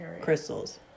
crystals